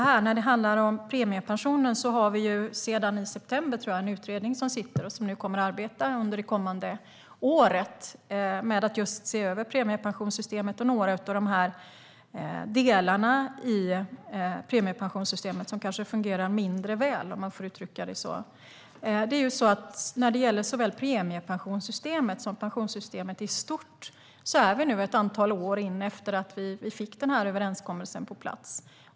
När det handlar om premiepensionen har vi sedan i september, tror jag, en utredning som sitter och som kommer att arbeta under det kommande året med att just se över premiepensionssystemet och några av de delar som kanske fungerar mindre väl, om man får uttrycka det så. När det gäller såväl premiepensionssystemet som pensionssystemet i stort har det nu gått ett antal år sedan vi fick överenskommelsen på plats.